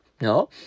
No